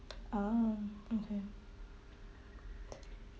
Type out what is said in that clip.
oh okay